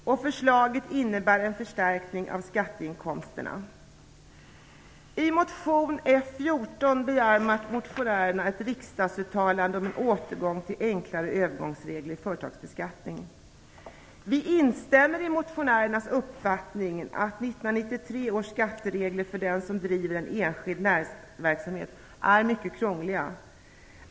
Förslaget innebär en förstärkning av skatteinkomsterna. I motion F14 begär motionärerna ett riksdagsuttalande om en återgång till enklare övergångsregler i företagsbeskattningen. Vi instämmer i motionärernas uppfattning att 1993 års skatteregler avseende den som driver en enskild näringsverksamhet är mycket krångliga.